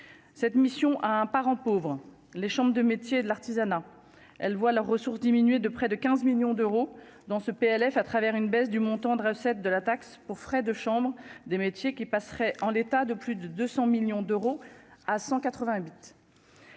cette mission à un parent pauvre, les chambres de métiers de l'artisanat, elles voient leurs ressources diminuer de près de 15 millions d'euros dans ce PLF à travers une baisse du montant de recettes de la taxe pour frais de chambre des métiers qui passerait en l'état de plus de 200 millions d'euros à 188.